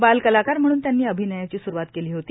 बाल कलाकार म्हणून त्यांनी अभिनयाची स्रुवात केली होती